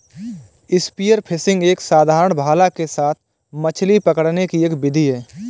spear fishing एक साधारण भाला के साथ मछली पकड़ने की एक विधि है